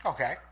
Okay